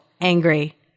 angry